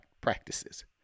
practices